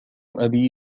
أبي